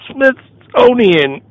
Smithsonian